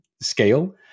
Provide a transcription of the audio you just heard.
scale